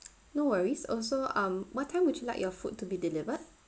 no worries also um what time would you like your food to be delivered